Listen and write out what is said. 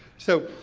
so,